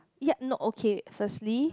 ya not okay firstly